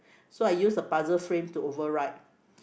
so I use the puzzle frame to overwrite